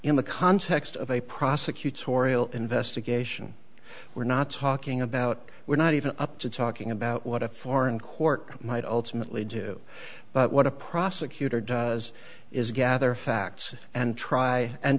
in the context of a prosecutorial investigation we're not talking about we're not even up to talking about what a foreign court might ultimately do but what a prosecutor does is gather facts and try and